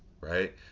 right